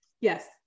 Yes